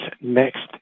next